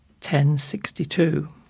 1062